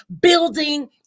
building